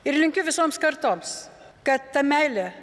ir linkiu visoms kartoms kad ta meilė